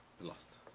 lost